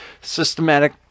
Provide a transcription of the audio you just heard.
systematic